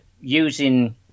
using